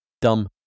Dumb